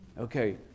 Okay